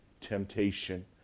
temptation